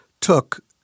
took